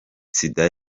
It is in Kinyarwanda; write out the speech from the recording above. sida